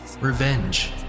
revenge